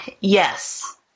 yes